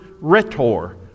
rhetor